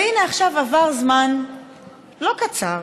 והינה, עכשיו עבר זמן לא קצר,